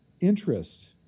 interest